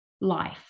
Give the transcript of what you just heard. life